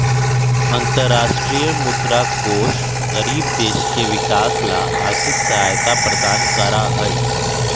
अन्तरराष्ट्रीय मुद्रा कोष गरीब देश के विकास ला आर्थिक सहायता प्रदान करा हई